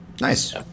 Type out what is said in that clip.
Nice